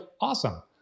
awesome